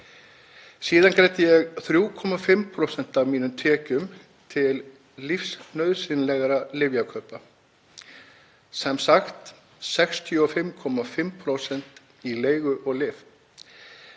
Síðan greiddi ég 3,5% af mínum tekjum til lífsnauðsynlegra lyfjakaupa. Sem sagt, 65,5% í leigu og lyf.